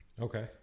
Okay